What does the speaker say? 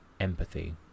empathy